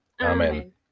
Amen